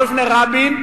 לא בפני רבין.